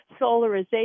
solarization